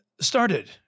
started